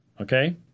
Okay